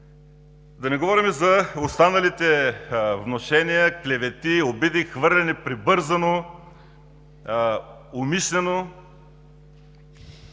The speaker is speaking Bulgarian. Да не говорим за останалите внушения, клевети, обиди, хвърлени прибързано, умишлено.